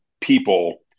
people